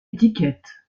étiquette